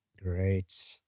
Great